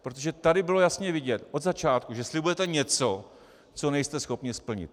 Protože tady bylo jasně vidět od začátku, že slibujete něco, co nejste schopni splnit.